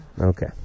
Okay